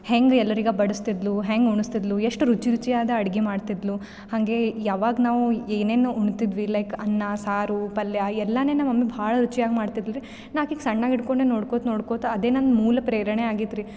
ಹೆಂಗೆ ಎಲ್ಲರಿಗೂ ಬಡಿಸ್ತಿದ್ಳು ಹೆಂಗೆ ಉಣಿಸ್ತಿದ್ಳು ಎಷ್ಟು ರುಚಿ ರುಚಿಯಾದ ಅಡ್ಗೆ ಮಾಡ್ತಿದ್ಳು ಹಂಗೆ ಯಾವಾಗ ನಾವು ಏನೇನು ಉಣ್ತಿದ್ವಿ ಲೈಕ್ ಅನ್ನ ಸಾರು ಪಲ್ಯ ಎಲ್ಲವು ನಮ್ಮ ಮಮ್ಮಿ ಭಾಳ ರುಚಿಯಾಗಿ ಮಾಡ್ತಿದ್ಳು ರೀ ನಾ ಆಕೆಗೆ ಸಣ್ಣಾಕಿ ಹಿಡ್ಕೊಂಡೆ ನೋಡ್ಕೋಳ್ತ ನೋಡ್ಕೋಳ್ತ ಅದೇ ನನ್ನ ಮೂಲ ಪ್ರೇರಣೆ ಆಗೆದ್ರಿ